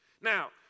Now